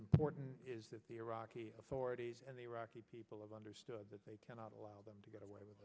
important is that the iraqi authorities and the iraqi people have understood that they cannot allow them to get away